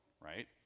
right